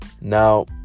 Now